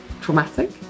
traumatic